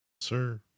Sir